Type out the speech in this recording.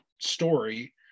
story